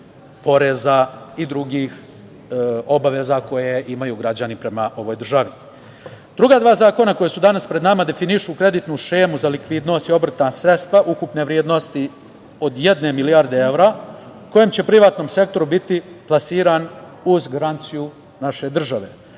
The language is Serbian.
i drugih obaveza koje imaju građani prema državi. Druga dva zakona koja su danas pred nama definišu kreditnu šemu za likvidnost i obrtna sredstva, ukupne vrednosti od jedne milijarde evra, koja će privatnom sektoru biti plasiran uz garanciju naše države.